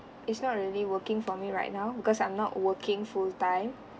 it's not really working for me right now because I'm not working full time